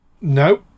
no